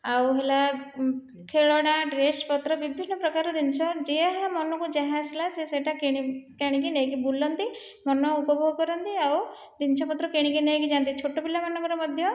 ଆଉ ହେଲା ଖେଳଣା ଡ୍ରେସ୍ପତ୍ର ବିଭିନ୍ନ ପ୍ରକାର ଜିନିଷ ଯାହା ମନକୁ ଯାହା ଆସିଲା ସେ ସେଇଟା କିଣିକି ନେଇକି ବୁଲନ୍ତି ମନ ଉପଭୋଗ କରନ୍ତି ଆଉ ଜିନିଷପତ୍ର କିଣିକି ନେଇକି ଯାଆନ୍ତି ଛୋଟ ପିଲାମାନଙ୍କର ମଧ୍ୟ